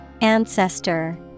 ancestor